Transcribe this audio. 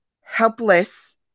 helpless